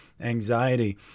anxiety